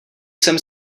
sem